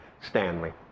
Stanley